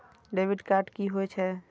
Debit card की होय छेय?